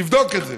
תבדוק את זה.